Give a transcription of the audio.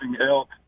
elk